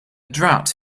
drought